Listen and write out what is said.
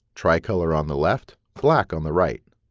tri-color on the left, black on the right.